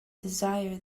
desire